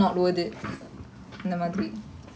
mm mm